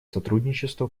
сотрудничество